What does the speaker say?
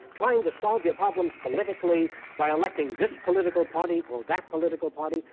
trying to solve your problems politically by electing this political party or that political party,